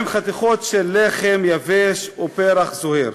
עם חתיכות של לחם יבש ופרח זוהר,